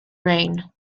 rain